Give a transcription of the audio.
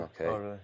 Okay